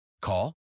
Call